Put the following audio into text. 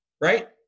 right